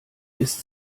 ist